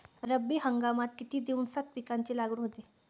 रब्बी हंगामात किती दिवसांत पिकांची लागवड होते?